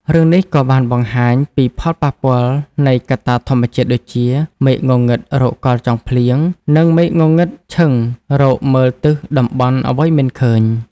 រឿងនេះក៏បានបង្ហាញពីផលប៉ះពាល់នៃកត្តាធម្មជាតិដូចជា "មេឃងងឹតរកកល់ចង់ភ្លៀង" និង "មេឃងងឹតឈឹងរកមើលទិសតំបន់អ្វីមិនឃើញ"។